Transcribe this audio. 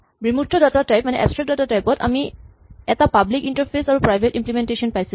বিমূৰ্ত data type ত আমি এটা পাব্লিক ইন্টাৰফেচ আৰু প্ৰাইভেট ইম্লিমেনটেচন পাইছিলো